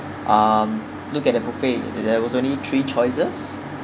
um look at the buffet there was only three choices